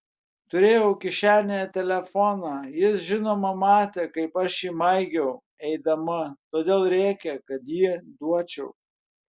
turėjau kišenėje telefoną jis žinoma matė kaip aš jį maigiau eidama todėl rėkė kad jį duočiau